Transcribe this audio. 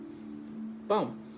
Boom